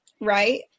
Right